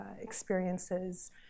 experiences